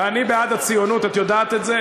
אני בעד ציונות, את יודעת את זה.